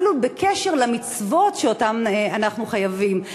אפילו בקשר למצוות שבהן אנחנו חייבים.